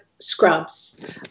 scrubs